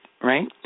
right